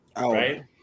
Right